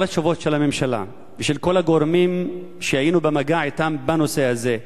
כל התשובות של הממשלה ושל כל הגורמים שהיינו במגע אתם בנושא הזה,